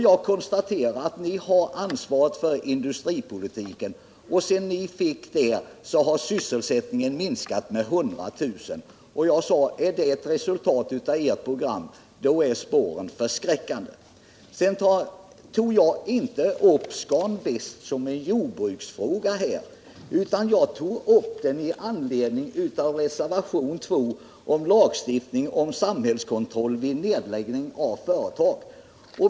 Jag konstaterade att vi har ansvaret för industripolitiken och att sysselsättningen sedan ni fick det har minskat med 100 000 personer. Jag sade också att spåren förskräcker, om detta är ett resultat av ert program. Jag tog vidare inte upp Scan Väst som en jordbruksfråga utan med anledning av reservationen 2 om lagstiftning om samhällskontroll vid nedläggning av företag.